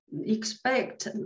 expect